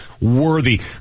worthy